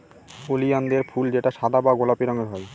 ওলিয়ানদের ফুল যেটা সাদা বা গোলাপি রঙের হয়